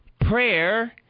prayer